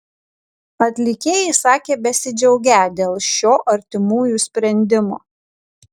atlikėjai sakė besidžiaugią dėl šio artimųjų sprendimo